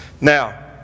Now